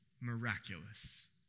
miraculous